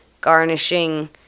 garnishing